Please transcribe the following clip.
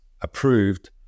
approved